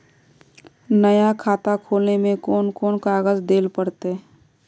नया खाता खोले में कौन कौन कागज देल पड़ते?